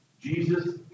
Jesus